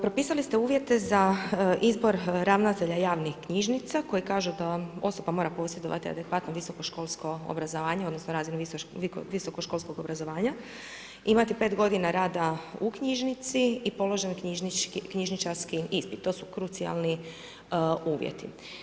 Propisali ste uvjete za izbor ravnatelja javnih knjižnica koji kažu da osoba mora posjedovati adekvatno visokoškolko obrazovanje, odnosno razinu visokoškolskog obrazovanja, imati 5 godina rada u knjižnici i položen knjižničarski ispit, to su krucijalni uvjeti.